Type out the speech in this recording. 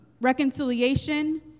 reconciliation